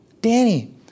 Danny